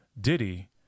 Diddy